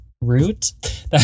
root